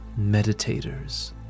meditators